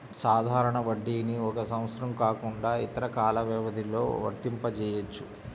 సాధారణ వడ్డీని ఒక సంవత్సరం కాకుండా ఇతర కాల వ్యవధిలో వర్తింపజెయ్యొచ్చు